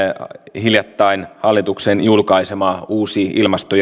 hiljattain hallituksen julkaisema uusi ilmasto